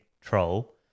troll